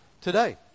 today